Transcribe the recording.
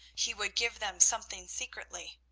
he would give them something secretly.